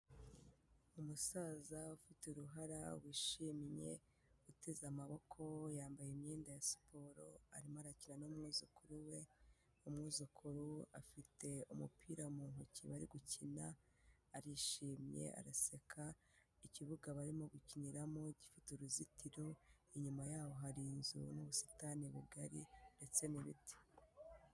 Umusaza ufite uruhara, wishimye, guteze amaboko, yambaye imyenda ya siporo, arimo arakina n'umwuzukuru we, umwuzukuru afite umupira mu ntoki bari gukina, arishimye, araseka, ikibuga barimo gukiniramo gifite uruzitiro, inyuma yaho hari inzu n'ubusitani bigari ndetse n'ibiti.